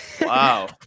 Wow